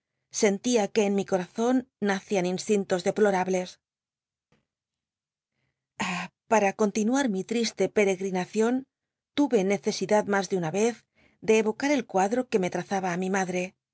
sentía que en mi corazon nacían instintos deplorables ah para continuar mi triste peregrinacion tu re necesidad mns de una vez de evoca el cuadro que me trazaba á mi mac